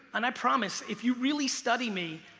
and i promise, if you really study me,